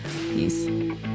Peace